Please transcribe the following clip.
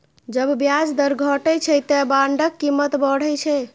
जब ब्याज दर घटै छै, ते बांडक कीमत बढ़ै छै